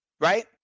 right